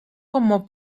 como